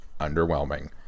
underwhelming